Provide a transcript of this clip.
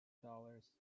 dollars